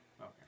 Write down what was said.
Okay